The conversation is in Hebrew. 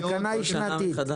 התקנה היא שנתית.